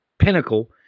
pinnacle